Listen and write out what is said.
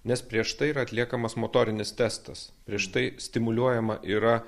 nes prieš tai yra atliekamas motorinis testas prieš tai stimuliuojama yra